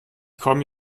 komme